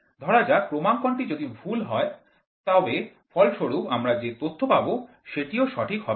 ধরা যাক ক্রমাঙ্কনটি যদি ভুল হয় তবে ফলস্বরূপ আমরা যে তথ্য পাব সেটিও সঠিক হবে না